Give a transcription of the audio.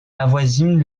avoisinent